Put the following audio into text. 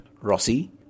Rossi